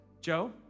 Joe